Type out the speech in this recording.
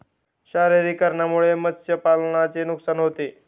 क्षारीकरणामुळे मत्स्यपालनाचे नुकसान होते